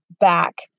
back